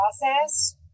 process